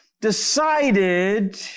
decided